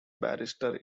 barrister